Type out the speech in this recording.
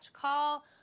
call